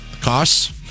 costs